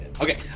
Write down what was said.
Okay